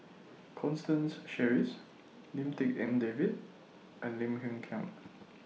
Constance Sheares Lim Tik En David and Lim Hng Kiang